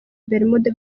bermude